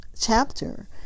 chapter